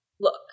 look